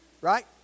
right